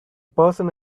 person